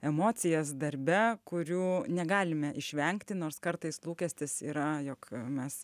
emocijas darbe kurių negalime išvengti nors kartais lūkestis yra jog mes